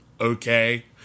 okay